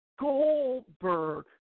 Goldberg